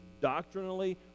doctrinally